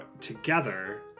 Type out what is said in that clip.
together